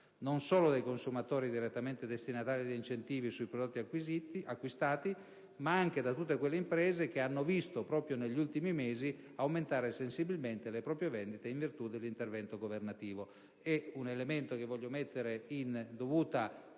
non solo dai consumatori direttamente destinatari di incentivi sui prodotti acquistati, ma anche da tutte quelle imprese che hanno visto proprio negli ultimi mesi aumentare sensibilmente le proprie vendite in virtù dell'intervento governativo. È un elemento che voglio mettere in dovuta